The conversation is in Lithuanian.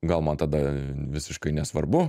gal man tada visiškai nesvarbu